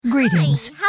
Greetings